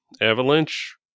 Avalanche